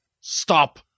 stop